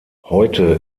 heute